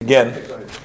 Again